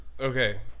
okay